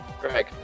Greg